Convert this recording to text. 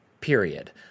period